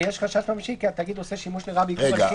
ויש חשש ממשי כי התאגיד עושה שימוש לרעה בעיכוב ההליכים".